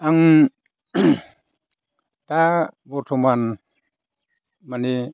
आं दा बर्थमान माने